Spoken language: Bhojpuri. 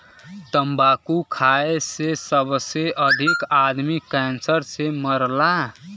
तम्बाकू खाए से सबसे अधिक आदमी कैंसर से मरला